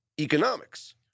economics